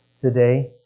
today